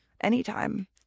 anytime